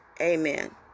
Amen